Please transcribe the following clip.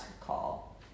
call